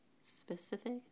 specific